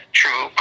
true